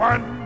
One